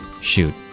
Shoot